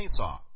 chainsaw